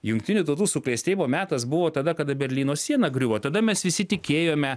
jungtinių tautų suklestėjimo metas buvo tada kada berlyno siena griuvo tada mes visi tikėjome